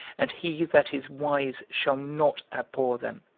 and he that is wise shall not abhor them,